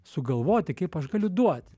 sugalvoti kaip aš galiu duot